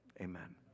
amen